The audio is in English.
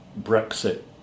Brexit